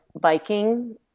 biking